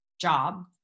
job